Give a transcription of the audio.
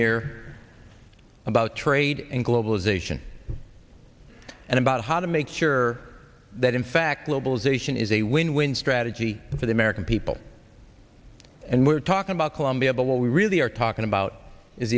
here about trade and globalization and about how to make sure that in fact globalization is a win win strategy for the american people and we're talking about colombia but what we really are talking about is